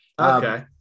Okay